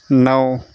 नौ